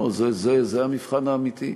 זה המבחן האמיתי.